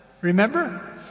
Remember